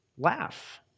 Laugh